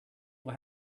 will